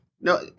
No